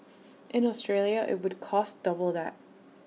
in Australia IT would cost double that